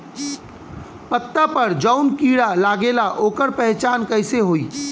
पत्ता पर जौन कीड़ा लागेला ओकर पहचान कैसे होई?